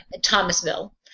Thomasville